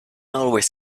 always